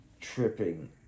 tripping